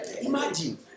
Imagine